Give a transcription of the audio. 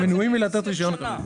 אנחנו מנועים מלתת רישיון כרגע.